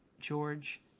George